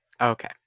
Okay